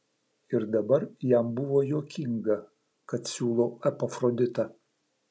ir dabar jam buvo juokinga kad siūlau epafroditą